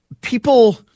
people